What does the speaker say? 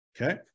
Okay